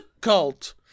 cult